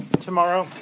tomorrow